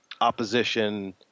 opposition